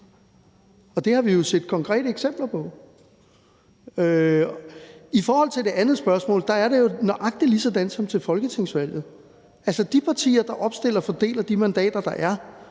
Det har vi jo set konkrete eksempler på. I forhold til det andet spørgsmål er det jo nøjagtig ligesom til folketingsvalg. Altså, de partier, der opstiller, fordeler de mandater, der er,